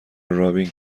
رابین